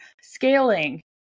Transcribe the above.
scaling